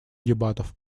дебатов